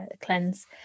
cleanse